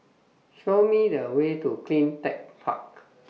Show Me The Way to CleanTech Park